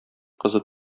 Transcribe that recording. кызы